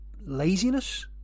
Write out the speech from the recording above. laziness